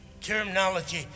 terminology